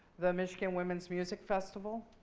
the michigan women's music festival.